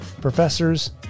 professors